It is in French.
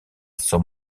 sont